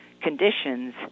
conditions